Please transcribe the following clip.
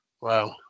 Wow